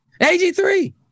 AG3